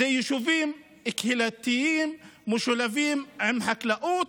אלה יישובים קהילתיים שמשולבים עם חקלאות,